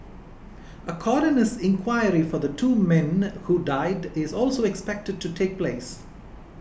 a coroner's inquiry for the two men who died is also expected to take place